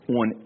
on